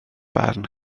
barn